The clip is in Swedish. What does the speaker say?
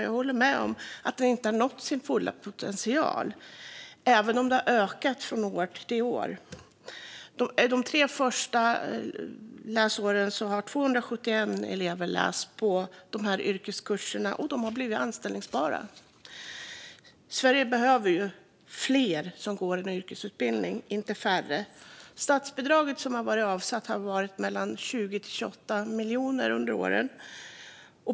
Jag håller med om att detta inte nått sin fulla potential, även om det har ökat från år till år. Under de tre första läsåren har 271 elever läst dessa yrkeskurser och blivit anställbara. Sverige behöver fler som går en yrkesutbildning, inte färre! Statsbidraget som har avsatts har varit på mellan 20 och 28 miljoner under åren.